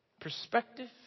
perspective